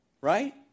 right